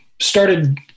started